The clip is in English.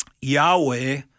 Yahweh